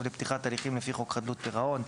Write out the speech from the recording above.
לפתיחת הליכים לפי חוק חדלות פירעון".